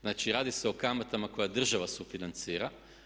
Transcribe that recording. Znači radi se o kamatama koje država sufinancira.